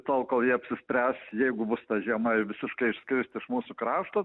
tol kol jie apsispręs jeigu bus ta žiema ir visiškai išskrist iš mūsų krašto